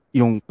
yung